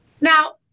Now